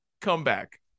comeback